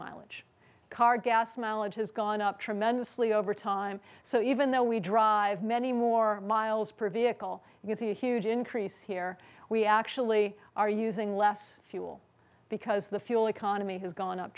mileage car gas mileage has gone up tremendously over time so even though we drive many more miles per vehicle you can see a huge increase here we actually are using less fuel because the fuel economy has gone up